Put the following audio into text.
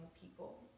people